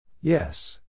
Yes